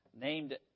named